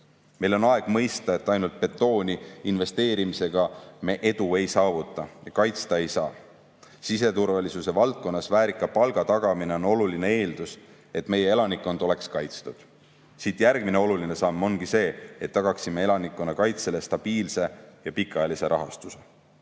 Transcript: Meil on aeg mõista, et ainult betooni investeerimisega me edu ei saavuta ja kaitsta ei saa. Siseturvalisuse valdkonnas väärika palga tagamine on oluline eeldus, et meie elanikkond oleks kaitstud. Järgmine oluline samm ongi see, et tagaksime elanikkonnakaitsele stabiilse ja pikaajalise rahastuse.